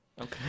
Okay